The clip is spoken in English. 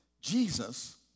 Jesus